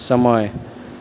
समय